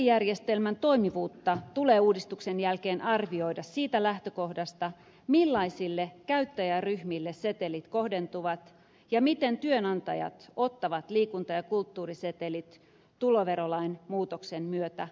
setelijärjestelmän toimivuutta tulee uudistuksen jälkeen arvioida siitä lähtökohdasta millaisille käyttäjäryhmille setelit kohdentuvat ja miten työnantajat ottavat liikunta ja kulttuurisetelit tuloverolain muutoksen myötä käyttöönsä